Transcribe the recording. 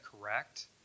correct